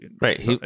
right